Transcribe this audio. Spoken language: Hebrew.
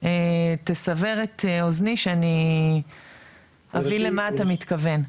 תסבר את אוזני שאני אבין למה אתה מתכוון.